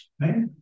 right